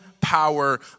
power